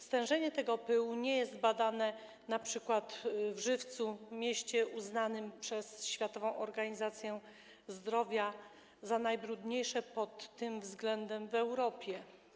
Stężenie tego pyłu nie jest badane np. w Żywcu, w mieście uznanym przez Światową Organizację Zdrowia za najbrudniejsze pod tym względem w Europie.